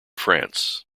france